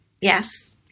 Yes